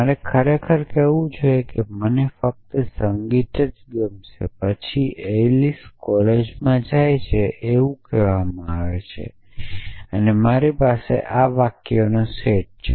મારે ખરેખર કહેવું જોઈએ કે મને ફક્ત સંગીત જ ગમશે પછી એલિસ કોલેજમાં જાય છે એવું કહેવામાં આવે છે કે મારી પાસે આ વાક્યનો સેટ છે